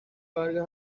vargas